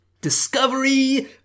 Discovery